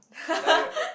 now you